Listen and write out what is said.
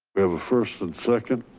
we have a first and second.